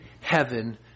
heaven